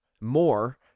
more